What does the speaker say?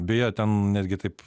beje ten netgi taip